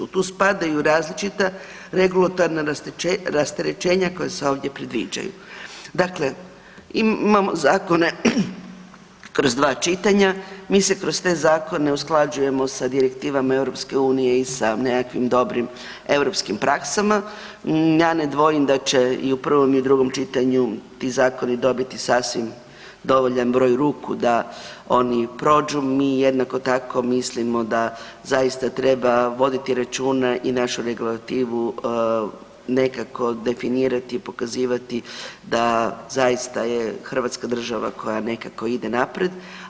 Tu spadaju različita regulatorna rasterećenja koja se ovdje predviđaju. dakle, imamo zakone kroz dva čitanja, mi se kroz te zakone usklađujemo sa direktivama EU i sa nekakvim dobrim europskim praksama, ja ne dvojim da će i u prvom i u drugom čitanju ti zakoni dobiti sasvim dovoljan broj ruku da oni prođu, mi jednako tako mislimo da zaista treba voditi računa i našu regulativu nekako definirati, pokazivati da zaista je Hrvatska država koja nekako ide naprijed.